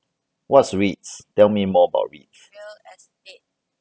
what's REITS tell me more about REITS